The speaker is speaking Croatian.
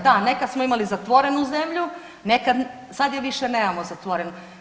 Da, nekad smo imali zatvorenu zemlju, sad je više nemamo zatvorenu.